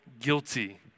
guilty